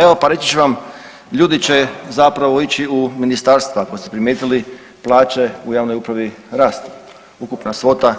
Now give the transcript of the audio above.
Evo pa reći ću vam ljudi će zapravo ići u ministarstva ako ste primijetili plaće u javnoj upravi rastu, ukupna svota